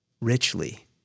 richly